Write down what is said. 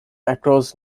across